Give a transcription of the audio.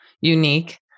unique